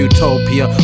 Utopia